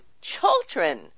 children